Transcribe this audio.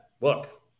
look